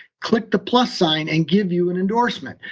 click the plus sign and give you an endorsement.